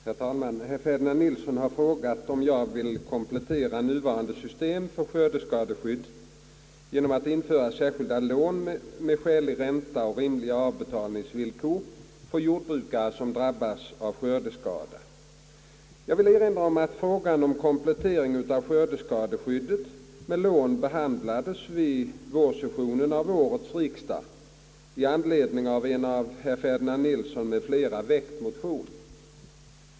Herr talman! Herr Ferdinand Nilsson har frågat om jag vill komplettera nuvarande system för skördeskadeskydd genom att införa särskilda lån med skälig ränta och rimliga avbetalningsvillkor för jordbrukare som drabbats av skördeskada. Jag vill erinra om att frågan om komplettering av skördeskadeskyddet med lån behandlades vid vårsessionen av årets riksdag i anledning av en av herr Ferdinand Nilsson m.fl. väckt motion.